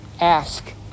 ask